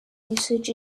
usage